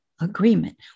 agreement